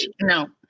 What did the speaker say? No